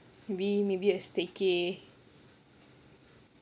mayb~ maybe a staycation